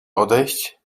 odejść